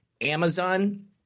amazon